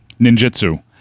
ninjutsu